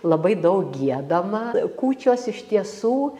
labai daug giedama kūčios iš tiesų